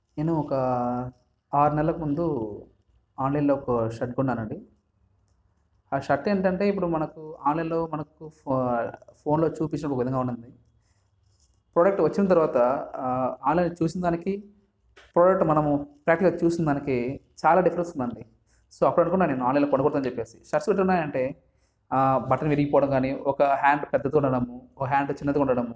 నేను ఒక ఆరు నెలలకు ముందు ఆన్లైన్లో ఒక షర్టు కొన్నానండి ఆ షర్టు ఏంటంటే ఇప్పుడు మనకు ఆన్లైన్లో మనకు ఫో ఫోన్లో చూపించినప్పుడు ఒక విధంగా ఉంటుంది ప్రోడక్ట్ వచ్చిన తర్వాత ఆన్లైన్లో చూసిన దానికి ప్రోడక్ట్ మనము ప్యాక్లో చూసిన దానికి చాలా డిఫరెన్స్ ఉందండి సో అప్పుడు అనుకున్న నేను ఆన్లైన్లో కొనకూడదు అని బటన్ విరిగిపోవడం కానీ ఒక హ్యాండ్ పెద్దదిగా ఉండడం ఒక హ్యాండ్ చిన్నదిగా ఉండడం